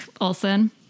Olson